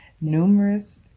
Numerous